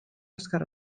azkar